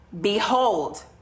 behold